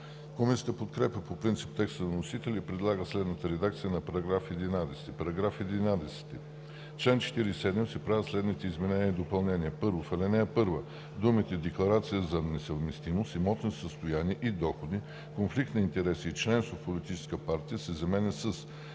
Комисията подкрепя по принцип текста на вносителя и предлага следната редакция на § 11: „§ 11. В чл. 47 се правят следните изменения и допълнения: 1. В ал. 1 думите „декларация за несъвместимост, имотно състояние и доходи, конфликт на интереси и членство в политическа партия“ се заменят с